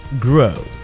grow